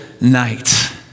night